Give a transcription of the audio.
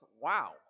Wow